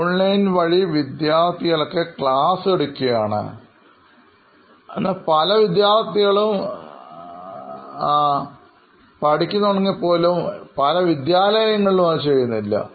online വഴി വിദ്യാർഥികൾക്ക് class എടുക്കുകയാണ് എന്നാൽ പല വിദ്യാലയങ്ങളിലും അത് ചെയ്യുന്നില്ല